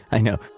i know.